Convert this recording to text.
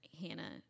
Hannah